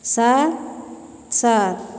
ସାତ ସାତ